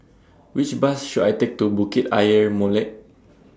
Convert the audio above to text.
Which Bus should I Take to Bukit Ayer Molek